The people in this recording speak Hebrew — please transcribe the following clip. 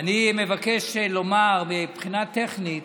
אני מבקש לומר שמבחינה טכנית,